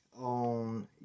on